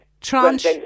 tranche